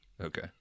Okay